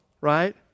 right